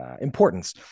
importance